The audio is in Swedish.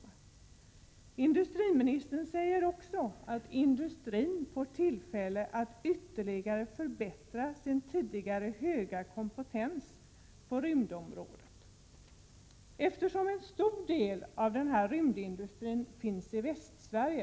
Industriministern säger att industrin får tillfälle att ytterligare förbättra sin tidigare höga kompetens på rymdområdet. En stor del av rymdindustrin finns i Västsverige.